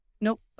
Nope